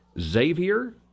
Xavier